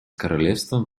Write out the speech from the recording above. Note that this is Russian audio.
королевством